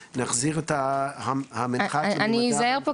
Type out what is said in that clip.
ונחזיר את המנחת לממדיו --- אני אזהר פה,